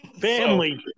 Family